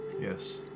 Yes